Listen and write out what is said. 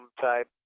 type